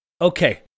Okay